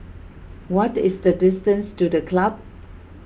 what is the distance to the Club